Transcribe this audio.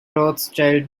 rothschild